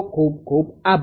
ખુબ ખુબ આભાર